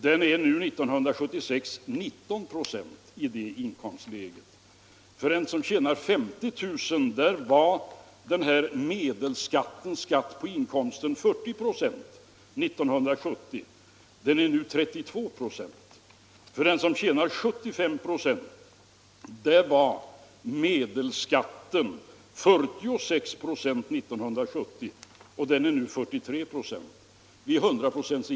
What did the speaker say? Den är nu, 1976, 19 96 i det inkomstläget. För en person som tjänar 50 000 kr. var medelskatten på inkomsten 40 96 år 1970. Den är nu 32 96. För den som tjänar 75 000 kr. var medelskatten 46 96 år 1970, och den är nu 43 96. Vid 100 000 kr.